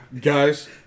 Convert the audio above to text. Guys